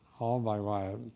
all by wyatt,